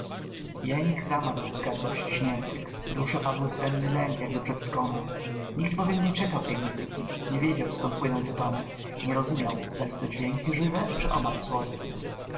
jęk zamarł w gardłach ściśniętych dusze padły w senny lęk jakby przed skonem nikt bowiem nie czekał tej muzyki nie wiedział skąd płyną te tony nie rozumiał zali to dźwięki żywe czy oman słodki